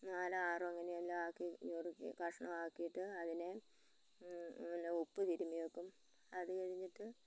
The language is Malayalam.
നാലോ ആറോ അങ്ങനെയെല്ലാവാക്കി ഞുറുക്കി കഷ്ണവാക്കീട്ട് അതിനെ ഉപ്പ് തിരുമ്മിവെക്കും അത് കഴിഞ്ഞിട്ട്